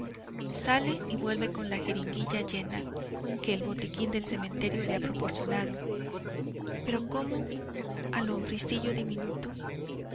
sale y vuelve con la jeringuilla llena que el botiquín del cementerio le ha proporcionado pero cómo al hombrecillo diminuto